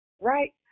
right